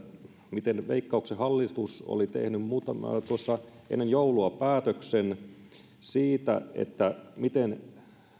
miten veikkauksen hallitus oli tehnyt tuossa ennen joulua päätöksen siitä miten